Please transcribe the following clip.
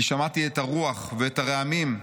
כי שמעתי את הרוח ואת הרעמים,